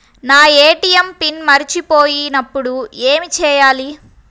నా ATM PIN మరచిపోయినప్పుడు ఏమి చేయాలి?